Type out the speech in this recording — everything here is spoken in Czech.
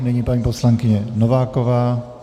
Nyní paní poslankyně Nováková.